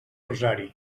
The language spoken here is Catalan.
rosari